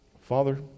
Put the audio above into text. Father